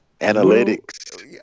Analytics